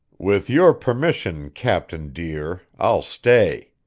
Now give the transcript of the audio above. with your permission, captain dear, i'll stay.